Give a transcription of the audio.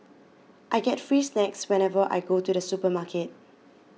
I get free snacks whenever I go to the supermarket